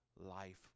life